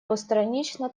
постранично